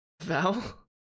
Val